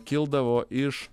kildavo iš